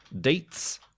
Dates